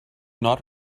not